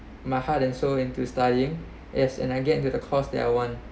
my heart and soul into studying as and I get into the course that I want